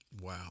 Wow